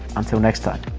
until next time!